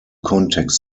kontext